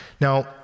Now